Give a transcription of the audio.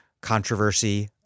controversy